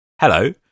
hello